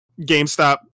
GameStop